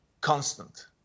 constant